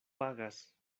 pagas